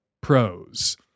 pros